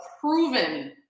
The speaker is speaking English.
proven